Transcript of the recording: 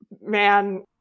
man